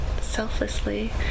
selflessly